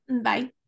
Bye